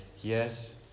yes